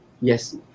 yes